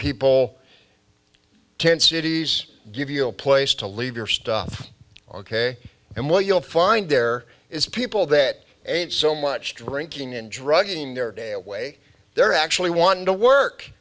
people tent cities give you a place to leave your stuff ok and what you'll find there is people that ate so much drinking and drugging their day away they're actually wanting to work